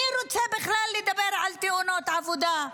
מי רוצה בכלל לדבר על תאונות עבודה?